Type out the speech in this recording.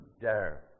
dare